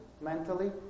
mentally